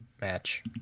match